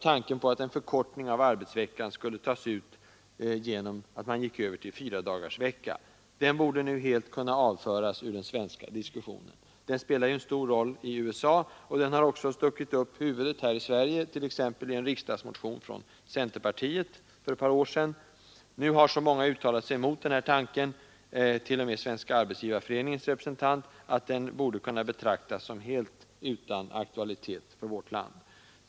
Tanken på att en förkortning av arbetsveckan skulle tas ut genom att man gick över till fyradagarsvecka borde nu helt kunna avföras från den svenska diskussionen. Den spelar stor roll i USA och den har stuckit upp huvudet här i Sverige, t.ex. i en riksdagsmotion från centerpartiet för ett par år sedan. Nu har så många uttalat sig mot den tanken, t.o.m. Svenska arbetsgivareföreningens representant, att den borde kunna betraktas som helt utan aktualitet för vårt land.